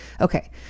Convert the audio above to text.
okay